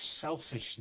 selfishness